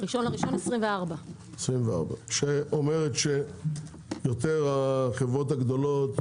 מתאריך ה-1 לינואר 2024. ההנחיה אומרת שהחברות הגדולות